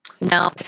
No